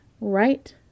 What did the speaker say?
right